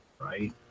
right